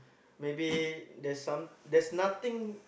maybe there's some there's nothing